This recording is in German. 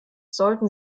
sollten